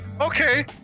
Okay